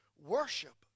Worship